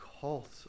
cult